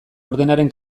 ordenaren